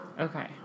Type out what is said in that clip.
Okay